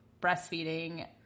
breastfeeding